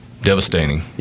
Devastating